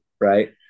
right